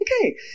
Okay